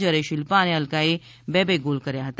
જ્યારે શિલ્પા અને અલકાએ બે બે ગોલ કર્યા હતા